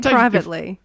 privately